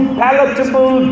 palatable